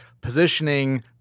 positioning